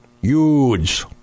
Huge